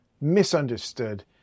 misunderstood